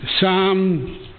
Psalm